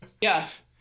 Yes